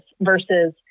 versus